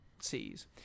sees